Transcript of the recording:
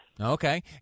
Okay